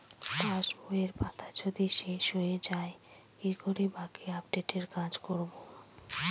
পাসবইয়ের পাতা যদি শেষ হয়ে য়ায় কি করে বাকী আপডেটের কাজ করব?